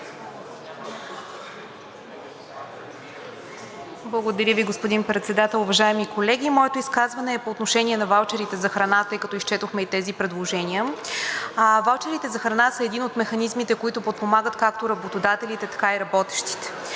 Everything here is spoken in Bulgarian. Благодаря Ви, господин Председател. Уважаеми колеги, моето изказване е по отношение на ваучерите за храна, тъй като изчетохме и тези предложения. Ваучерите за храна са един от механизмите, които подпомагат както работодателите, така и работещите.